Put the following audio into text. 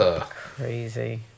Crazy